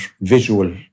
visual